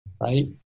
right